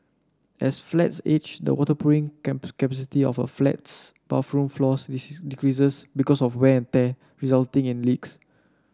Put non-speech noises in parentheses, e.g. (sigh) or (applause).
as flats age the waterproofing (unintelligible) capacity of a flat's bathroom floors (unintelligible) decreases because of wear and day resulting in leaks